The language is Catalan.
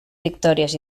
victòries